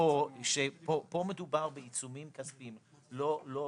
כאן מדובר בעיצומים כספיים ולא בקנסות.